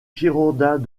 girondins